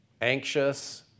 anxious